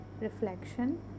reflection